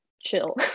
chill